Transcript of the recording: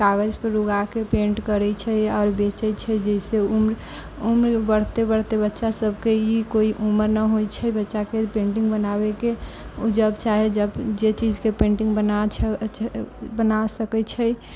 कागजपर उगाके पेंट करैत छै आओर बेचैत छै जाहिसँ उम्र बढ़ते बढ़ते बच्चासभके ई कोइ उमर ना होइ छै बच्चाके पेंटिंग बनाबयके ओ जब चाहय जब जे चीजके पेंटिंग बना छै बना सकैत छै